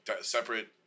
separate